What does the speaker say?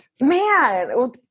Man